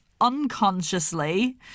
unconsciously